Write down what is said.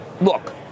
look